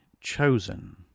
chosen